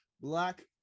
Black